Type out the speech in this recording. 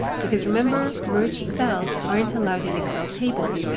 because remember, merge cells aren't allowed in excel tables.